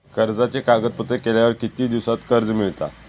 कर्जाचे कागदपत्र केल्यावर किती दिवसात कर्ज मिळता?